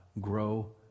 grow